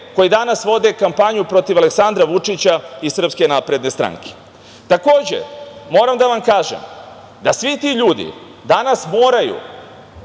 koji danas vode kampanju protiv Aleksandra Vučića i SNS.Takođe, moram da vam kažem da svi ti ljudi danas moraju